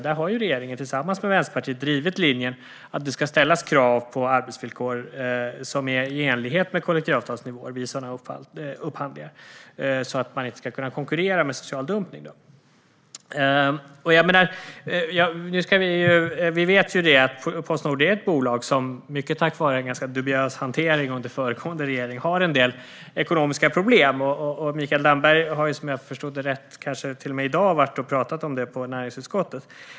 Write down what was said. Där har regeringen tillsammans med Vänsterpartiet drivit linjen att det ska ställas krav på arbetsvillkor som är i enlighet med kollektivavtalsnivåer vid sådana upphandlingar så att man inte ska kunna konkurrera med social dumpning. Vi vet att Postnord är ett bolag som, mycket på grund av en ganska dubiös hantering under föregående regering, har en del ekonomiska problem. Mikael Damberg har, om jag förstod det rätt, i dag varit och pratat om det i näringsutskottet.